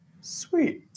sweet